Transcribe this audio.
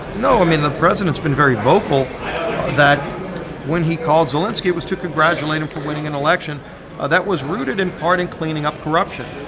no. i mean, the president's been very vocal that when he called zelenskiy, it was to congratulate him for winning an election ah that was rooted, in part, in cleaning up corruption.